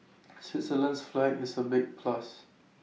Switzerland's flag is A big plus